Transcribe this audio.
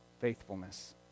faithfulness